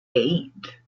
eight